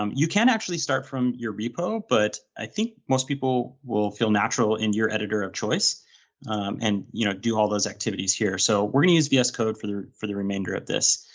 um you can actually start from your repo. but i think most people will feel natural in your editor of choice and you know do all those activities here. so we're going to use vs code for the for the remainder of this.